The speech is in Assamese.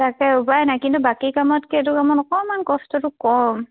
তাকে উপায় নাই কিন্তু বাকী কামতকে এইটো কামত অকণমান কষ্টটো কম